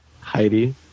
Heidi